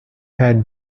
had